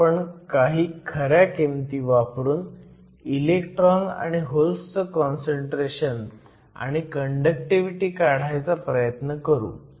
आता आपण काही खऱ्या किमती वापरून इलेक्ट्रॉन आणि होल्सचं काँसंट्रेशन आणि कंडक्टिव्हिटी काढायचा प्रयत्न करू